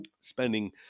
spending